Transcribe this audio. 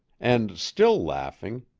and, still laughing,